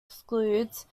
excludes